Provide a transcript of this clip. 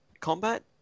combat